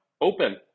open